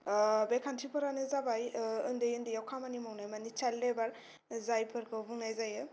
बे खान्थिफोरानो जाबाय उन्दै उन्दैयाव खामानि मावनाय माने चाइल्ड लेबार जायफोरखौ बुंनाय जायो